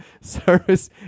service